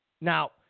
now